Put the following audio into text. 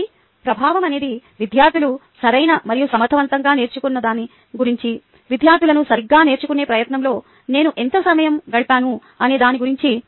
కాబట్టి ప్రభావం అనేది విద్యార్థులు సరైన మరియు సమర్థవంతంగా నేర్చుకున్నదాని గురించి విద్యార్థులను సరిగ్గా నేర్చుకునే ప్రయత్నంలో నేను ఎంత సమయం గడిపాను అనే దాని గురించి